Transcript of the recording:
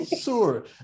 Sure